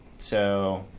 so